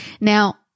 Now